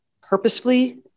purposefully